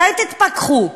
מתי תתפכחו?